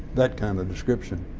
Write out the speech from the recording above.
that kind of description.